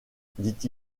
dit